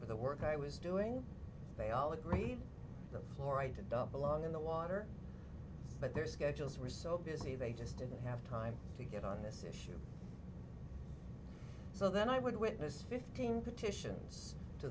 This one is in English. for the work i was doing they all agreed the floor i had to dump along in the water but their schedules were so busy they just didn't have time to get on this issue so then i would witness fifteen petitions to